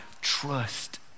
trust